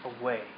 away